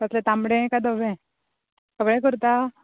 कसलें तांबडे काय धवें सगळें करता